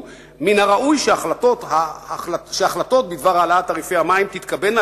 הוא: "מן הראוי שהחלטות בדבר העלאת תעריפי המים תתקבלנה